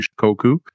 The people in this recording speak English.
Shikoku